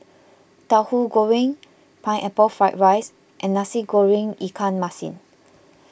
Tauhu Goreng Pineapple Fried Rice and Nasi Goreng Ikan Masin